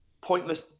pointless